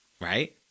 Right